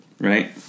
Right